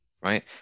right